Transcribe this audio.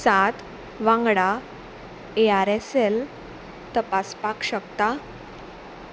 सात वांगडा A R S L तपासपाक शकता